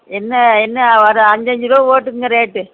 என்ன என்ன ஒரு அஞ்சு அஞ்சு ரூவா போட்டுக்கோங்க ரேட்டு